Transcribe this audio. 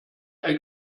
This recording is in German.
ein